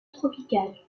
tropicale